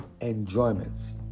enjoyments